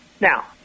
Now